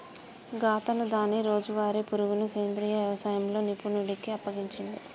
గాతను దాని రోజువారీ పరుగును సెంద్రీయ యవసాయంలో నిపుణుడికి అప్పగించిండు